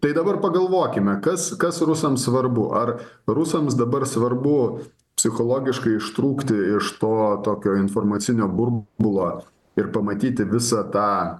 tai dabar pagalvokime kas kas rusams svarbu ar rusams dabar svarbu psichologiškai ištrūkti iš to tokio informacinio burbulo ir pamatyti visą tą